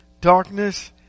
darkness